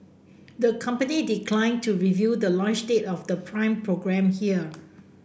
the company declined to reveal the launch date of the Prime programme here